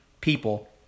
people